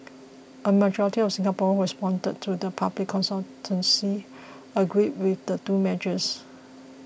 a majority of Singaporeans who responded to the public consultation agreed with the two measures